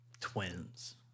twins